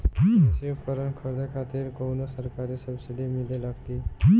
कृषी उपकरण खरीदे खातिर कउनो सरकारी सब्सीडी मिलेला की?